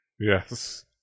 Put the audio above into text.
yes